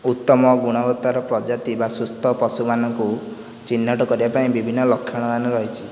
ଉତ୍ତମ ଗୁଣବତ୍ତାର ପ୍ରଜାତି ବା ସୁସ୍ଥ ପଶୁମାନଙ୍କୁ ଚିହ୍ନଟ କରିବାପାଇଁ ବିଭିନ୍ନ ଲକ୍ଷଣମାନ ରହିଛି